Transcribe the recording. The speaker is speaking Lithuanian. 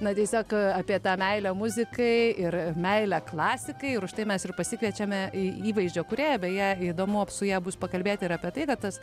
na tiesiog apie tą meilę muzikai ir meilę klasikai ir už tai mes ir pasikviečiame į įvaizdžio kūrėją beje įdomu su ja bus pakalbėti ir apie tai va tas